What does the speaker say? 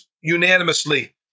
unanimously